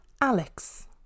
Alex